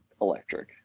electric